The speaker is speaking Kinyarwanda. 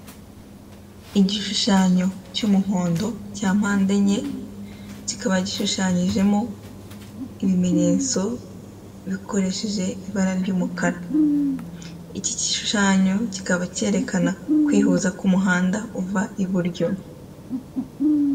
Igishushanyo cy'umuhondo cya mpande enye kikaba gishushanyijemo ibimenyetso bikoresheje ibara ry'umukara, iki gishushanyo kikaba kerekana kwihuza k'umuhanda uva iburyo.